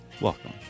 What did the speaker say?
Welcome